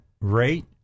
rate